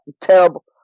Terrible